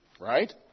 Right